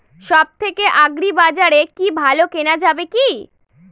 সব থেকে আগ্রিবাজারে কি ভালো কেনা যাবে কি?